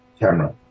camera